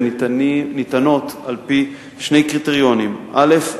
וניתנות על-פי שני קריטריונים: א.